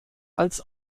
als